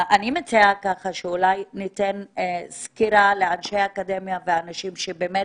אני מציעה שאולי ניתן לאנשי האקדמיה ולאנשים שבאמת